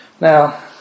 Now